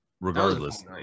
Regardless